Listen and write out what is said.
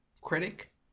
Critic